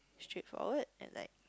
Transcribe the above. straight forward and like